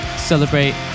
Celebrate